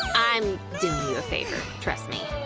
i'm doing you a favor, trust me.